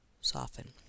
soften